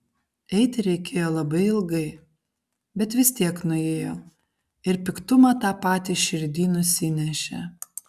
eiti reikėjo labai ilgai bet vis tiek nuėjo ir piktumą tą patį širdyj nusinešė